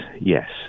yes